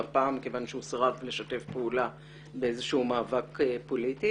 הפעם כיוון שהוא סירב לשתף פעולה באיזשהו מאבק פוליטי,